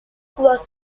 was